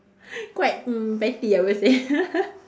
quite mm petty I would say